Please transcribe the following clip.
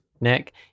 Nick